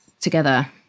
together